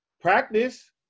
practice